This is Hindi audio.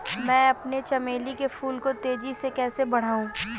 मैं अपने चमेली के फूल को तेजी से कैसे बढाऊं?